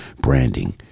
branding